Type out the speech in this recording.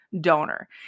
donor